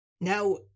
Now